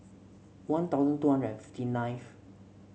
One Thousand two hundred and fifty ninth